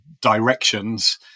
directions